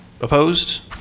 Opposed